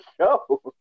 show